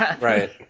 Right